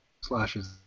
slashes